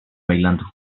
bailando